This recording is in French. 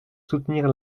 soutenir